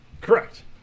Correct